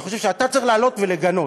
אני חושב שאתה צריך לעלות ולגנות.